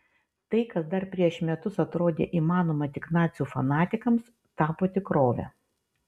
tai kas dar prieš metus atrodė įmanoma tik nacių fanatikams tapo tikrove